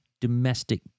domestic